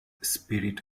spirit